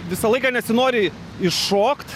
visą laiką nesinori iššokt